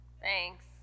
Thanks